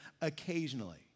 occasionally